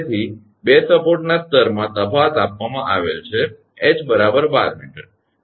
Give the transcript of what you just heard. તેથી 2 સપોર્ટના સ્તરમાં તફાવત આપવામાં આવેલ છે ℎ 12 𝑚